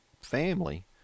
family